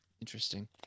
Interesting